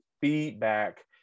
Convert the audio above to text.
feedback